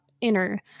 inner